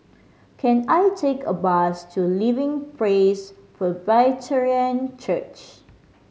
can I take a bus to Living Praise Presbyterian Church